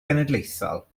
genedlaethol